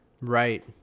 Right